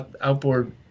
outboard